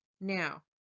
Now